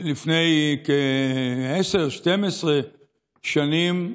לפני כ-10, 12 שנים,